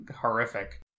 horrific